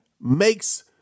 makes